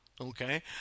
Okay